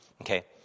Okay